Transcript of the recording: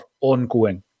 ongoing